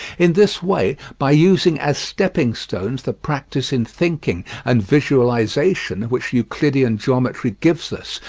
in this way, by using as stepping-stones the practice in thinking and visualisation which euclidean geometry gives us,